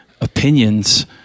opinions